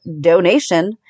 donation